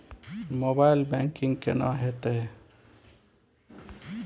Mobile banking केना हेते?